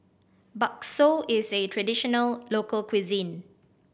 bakso is a traditional local cuisine